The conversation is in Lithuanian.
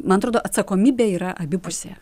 man atrodo atsakomybė yra abipusė